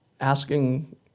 asking